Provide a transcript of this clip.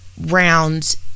rounds